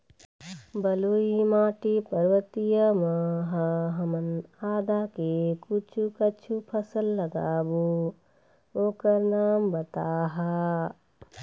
बलुई माटी पर्वतीय म ह हमन आदा के कुछू कछु फसल लगाबो ओकर नाम बताहा?